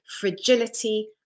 fragility